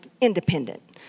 independent